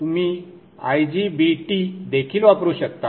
तुम्ही IGBT देखील वापरू शकता